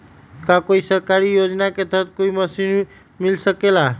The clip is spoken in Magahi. का कोई सरकारी योजना के तहत कोई मशीन मिल सकेला?